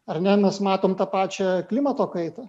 ar ne mes matom tą pačią klimato kaitą